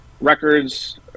records